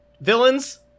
Villains